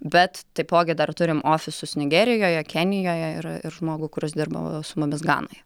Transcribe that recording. bet taipogi dar turim ofisus nigerijoje kenijoje ir ir žmogų kuris dirba su mumis ganoje